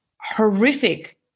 horrific